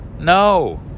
No